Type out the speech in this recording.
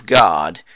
God